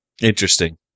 Interesting